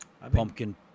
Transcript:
Pumpkin